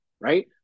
Right